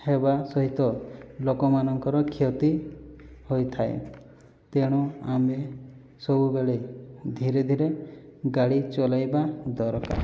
ହେବା ସହିତ ଲୋକମାନଙ୍କର କ୍ଷତି ହୋଇଥାଏ ତେଣୁ ଆମେ ସବୁବେଳେ ଧିରେ ଧିରେ ଗାଡ଼ି ଚଲାଇବା ଦରକାର